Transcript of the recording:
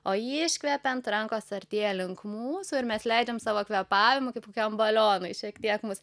o iškvepiant ant rankos artėja link mūsų ir mes leidžiam savo kvėpavimui kaip kokiam balionui šiek tiek mus